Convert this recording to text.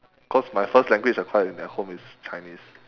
cause my first language acquired at home is chinese